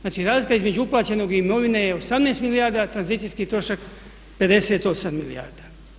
Znači razlika između uplaćenog i imovine je 18 milijardi a tranzicijski trošak 58 milijarda.